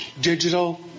Digital